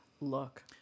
look